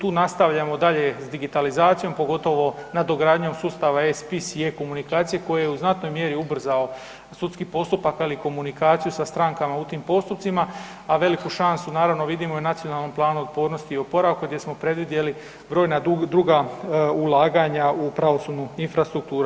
Tu, tu nastavljamo dalje s digitalizacijom, pogotovo nadogradnjom sustava e-spis i e-komunikacije koji je u znatnoj mjeri ubrzao sudski postupak, ali i komunikaciju sa strankama u tim postupcima, a veliku šansu naravno vidimo i u Nacionalnom planu otpornosti i oporavka gdje smo predvidjeli brojna druga ulaganja u pravosudnu infrastrukturu.